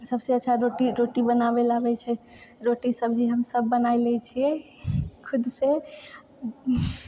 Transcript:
सबसँ अच्छा रोटी रोटी बनाबै लऽ आबै छै रोटी सब्जी हम सब बनाए लै छियै खुद से